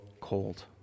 cold